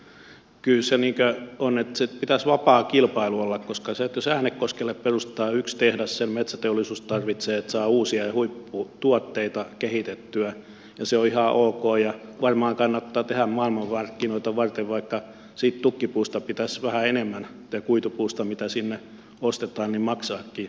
kyllä se niin on että pitäisi vapaa kilpailu olla koska sen että äänekoskelle perustetaan yksi tehdas metsäteollisuus tarvitsee että saa uusia huipputuotteita kehitettyä ja se on ihan ok ja varmaan kannattaa tehdä maailmanmarkkinoita varten vaikka siitä tukkipuusta tai kuitupuusta mitä sinne ostetaan pitäisi vähän enemmän maksaakin